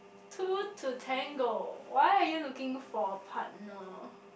two to tango why are you looking for partner